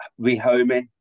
rehoming